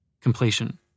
Completion